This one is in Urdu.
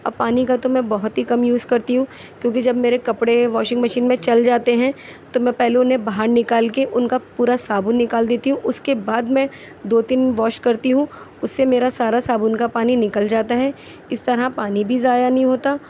اب پانی کا تو میں بہت ہی کم یوز کرتی ہوں کیوںکہ جب میرے کپڑے واشنگ مشین میں چل جاتے ہیں تو میں پہلے اُنہیں باہر نکال کے اُن کا پورا صابن نکال دیتی ہوں اُس کے بعد میں دو تین واش کرتی ہوں اُس سے میرا سارا صابن کا پانی نکل جاتا ہے اِس طرح پانی بھی ضایع نہیں ہوتا